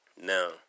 Now